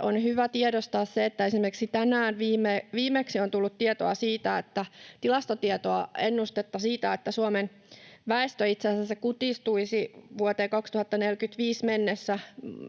on hyvä tiedostaa se, että esimerkiksi viimeksi tänään on tullut tilastotietoa, ennustetta siitä, että Suomen väestö itse asiassa kutistuisi vuoteen 2045 mennessä